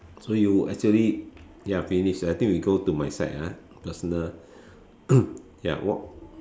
so you actually ya finish I think we go to my side ah personal ya what